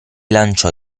lanciò